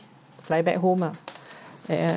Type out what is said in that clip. fly back home lah and